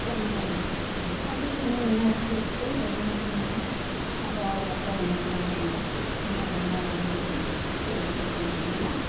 ഒന്നും പറയാൻ പറ്റത്തില്ല പക്ഷേ നമ്മളവർ സിനിമയിൽ ഇന്ന വസ്ത്രം ഇട്ടു എന്നും പറഞ്ഞതുകൊണ്ട് നമ്മൾ അതായ വസ്ത്രമൊന്നും ഇട്ടുകൊണ്ട് നമുക്ക് നടക്കുന്നതിനോടൊന്നും എനിക്ക് യോജിപ്പൊന്നും ഇല്ല